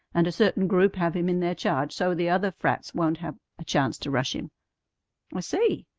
and a certain group have him in their charge so the other frats won't have a chance to rush him i see.